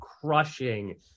crushing